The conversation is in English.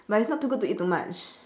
but it's not too good to eat too much